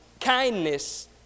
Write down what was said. kindness